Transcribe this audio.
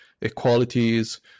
equalities